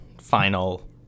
final